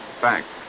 Thanks